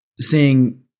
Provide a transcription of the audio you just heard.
seeing